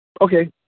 Okay